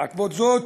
בעקבות זאת,